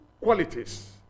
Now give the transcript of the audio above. qualities